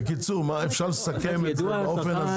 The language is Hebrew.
בקיצור, אפשר לסכם את זה באופן הזה